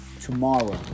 tomorrow